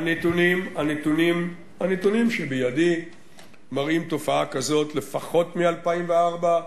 הנתונים שבידי מראים תופעה כזאת לפחות מ-2004,